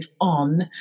on